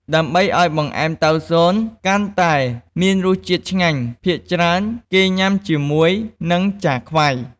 ដើម្បីឱ្យបង្អេម តៅស៊ន កាន់តែមានរសជាតិឆ្ងាញ់ ភាគច្រើនគេញុាំជាមួយនឹង ចាខ្វៃ។